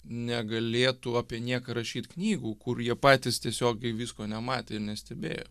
negalėtų apie nieką rašyt knygų kur jie patys tiesiogiai visko nematė ir nestebėjo